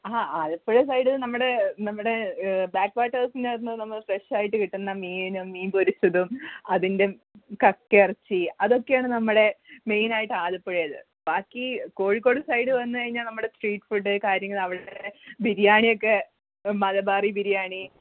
ആ ആലപ്പുഴ സൈഡിൽ നമ്മുടെ നമ്മുടെ ബാക്ക് വാട്ടേഴ്സിനാത്തൂന്ന് നമുക്ക് ഫ്രഷായിട്ട് കിട്ടുന്ന മീനും മീൻ പൊരിച്ചതും അതിന്റെ കക്ക ഇറച്ചി അതൊക്കെയാണ് നമ്മുടെ മെയിനായിട്ട് ആലപ്പുഴയിൽ ബാക്കി കോഴിക്കോട് സൈഡ് വന്നുകഴിഞ്ഞാൽ നമ്മുടെ സ്ട്രീറ്റ് ഫുഡ്ഡ് കാര്യങ്ങൾ അവിടെ ബിരിയാണിയെക്കെ മലബാറി ബിരിയാണി